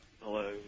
Hello